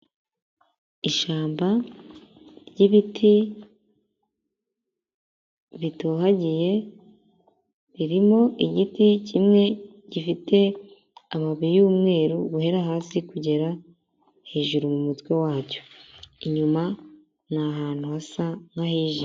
Ishyamba ry'ibiti bitohagiye ririmo igiti kimwe gifite amababi y'umweru guhera hasi kugera hejuru mu mutwe wacyo, inyuma ni ahantu hasa nkahijimye.